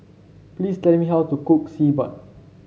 please tell me how to cook Xi Ban